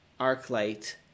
Arclight